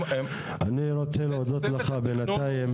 אני רוצה להודות לך בנתיים.